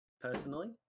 personally